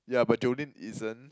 yeah but Jolene isn't